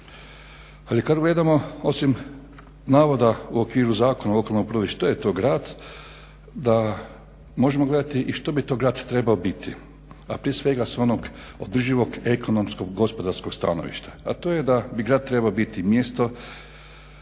Ali kad gledamo osim navoda u okviru Zakona o lokalnoj upravi što je to grad da možemo gledati i što bi to grad trebao biti, a prije svega s onog održivog ekonomskog gospodarskog stanovišta. A to je da bi grad trebao biti mjesto